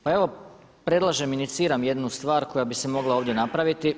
Pa evo predlažem, iniciram jednu stvar koja bi se mogla ovdje napraviti.